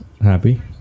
happy